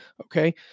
Okay